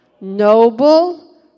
noble